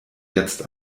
jetzt